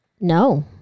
no